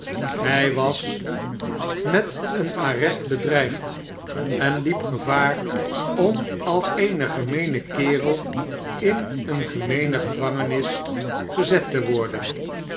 hij was met een arrest bedreigd en liep gevaar om als een gemeene kerel in eene gemeene gevangenis gezet te worden